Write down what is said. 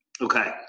Okay